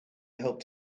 helped